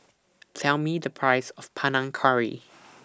Tell Me The Price of Panang Curry